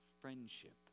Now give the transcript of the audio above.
friendship